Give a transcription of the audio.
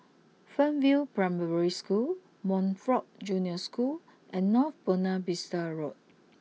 Fernvale Primary School Montfort Junior School and North Buona Vista Road